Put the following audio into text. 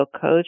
coach